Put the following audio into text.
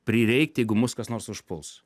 prireikt jeigu mus kas nors užpuls